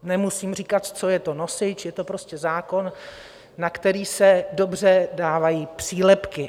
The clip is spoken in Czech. Nemusím říkat, co je to nosič je to prostě zákon, na který se dobře dávají přílepky.